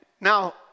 now